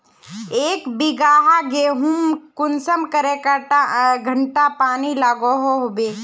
एक बिगहा गेँहूत कुंसम करे घंटा पानी लागोहो होबे?